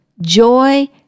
joy